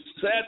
set